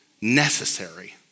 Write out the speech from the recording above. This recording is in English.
necessary